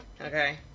okay